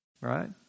right